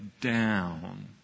down